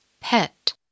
Pet